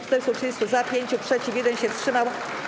430 - za, 5 - przeciw, 1 się wstrzymał.